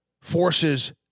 forces